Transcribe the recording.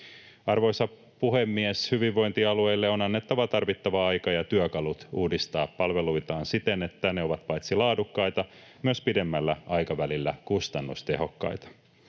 Arvoisa puhemies! Hyvinvointialueille on annettava tarvittava aika ja työkalut uudistaa palveluitaan siten, että ne ovat paitsi laadukkaita myös pidemmällä aikavälillä kustannustehokkaita.